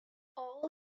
all